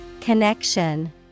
Connection